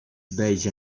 beige